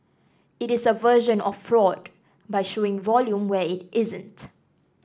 it is a version of fraud by showing volume where it isn't